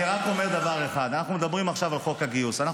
אני אומר שאנחנו כמדינה --- לא,